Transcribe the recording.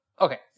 Okay